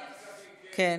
ועדת הכספים, כן.